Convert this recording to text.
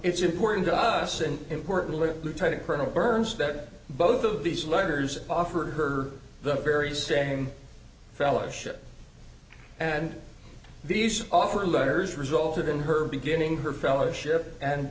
it's important to us and importantly lieutenant colonel burns that both of these letters offer her the very same fellowship and these offer letters resulted in her beginning her fellowship and